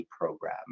program